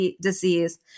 disease